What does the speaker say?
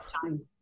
time